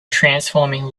transforming